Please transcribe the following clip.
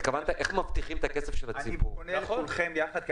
אני פונה לכולכם יחד.